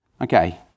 Okay